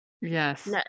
yes